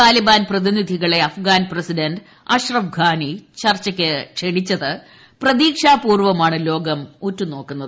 താലിബാൻ പ്രതിനിധികളെ അഫ്ഗാൻ പ്രസിഡന്റ് അഷ്റഫ് ഘനി ചർച്ചയ്ക്ക് ക്ഷണിച്ചത് പ്രതീക്ഷാപൂർവ്വമാണ് ലോകം ഉറ്റു നോക്കുന്നത്